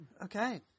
Okay